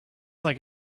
like